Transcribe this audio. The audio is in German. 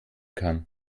kann